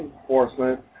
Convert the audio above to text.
Enforcement